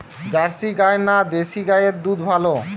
Jersey গাই না দেশী গাইয়ের দুধ ভালো?